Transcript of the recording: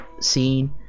scene